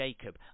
Jacob